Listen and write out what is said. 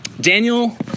Daniel